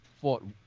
fought